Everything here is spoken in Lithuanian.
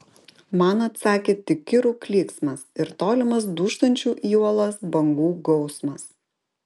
man atsakė tik kirų klyksmas ir tolimas dūžtančių į uolas bangų gausmas